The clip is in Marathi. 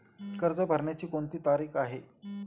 कर्ज भरण्याची कोणती तारीख आहे?